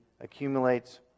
accumulates